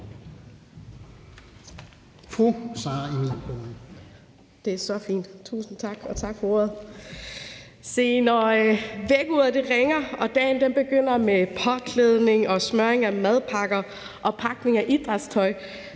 (Ordfører) Sara Emil Baaring (S): Tak for ordet. Når vækkeuret ringer og dagen begynder med påklædning, smøring af madpakker og pakning af idrætstøj,